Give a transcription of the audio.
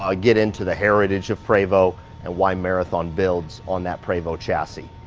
um get into the heritage of prevo and why marathon builds on that prevo chassis.